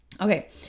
Okay